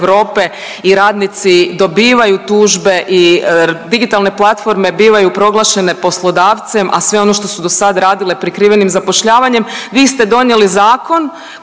i radnici dobivaju tužbe i digitalne platforme bivaju proglašene poslodavcem, a sve ono što su do sad radile prikrivenim zapošljavanje, vi ste donijeli zakon